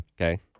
Okay